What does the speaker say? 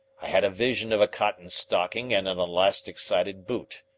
i had a vision of a cotton stocking and an elastic-sided boot.